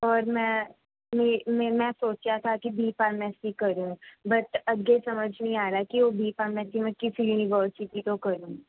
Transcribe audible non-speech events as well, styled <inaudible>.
ਔਰ ਮੈਂ <unintelligible> ਮੈਂ ਨਾ ਸੋਚਿਆ ਥਾ ਕਿ ਮੈਂ ਬੀ ਫਾਰਮੈਸੀ ਕਰਾਂ ਬਟ ਅੱਗੇ ਸਮਝ ਨਹੀਂ ਆ ਰਿਹਾ ਕਿ ਉਹ ਬੀ ਫਾਰਮੈਸੀ ਮੈਂ ਕਿਸ ਯੂਨੀਵਰਸਿਟੀ ਤੋਂ ਕਰਾਂ